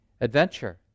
adventure